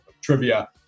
Trivia